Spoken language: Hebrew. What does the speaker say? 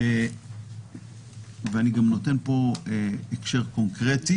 ואני גם נותן פה הקשר קונקרטי